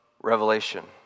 Revelation